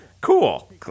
Cool